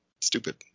stupid